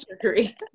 surgery